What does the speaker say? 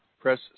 press